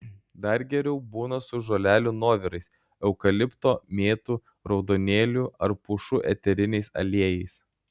dar geriau būna su žolelių nuovirais eukalipto mėtų raudonėlių ar pušų eteriniais aliejais